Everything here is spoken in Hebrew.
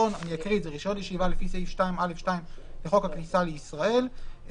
אני אקרא את זה: רישיון ישיבה לפי סעיף 2(א2) בחוק הכניסה לישראל לעובדים